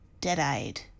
Dead-eyed